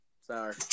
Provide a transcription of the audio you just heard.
Sorry